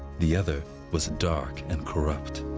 the other was dark and corrupt.